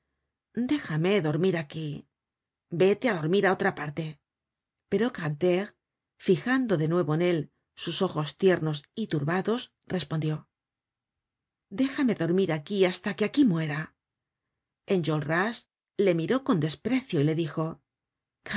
déjame dormir aquí vete á dormir á otra parte pero grantairc fijando de nuevo en él sus ojos tiernos y turbados respondió déjame dormir aquí hasta que aquí muera enjolras le miró con desprecio y le dijo